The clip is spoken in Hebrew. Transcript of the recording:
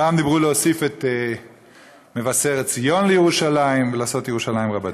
פעם דיברו על להוסיף את מבשרת ציון לירושלים ולעשות ירושלים רבתי.